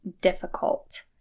difficult